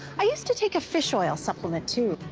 i used to take a fish oil supplement too,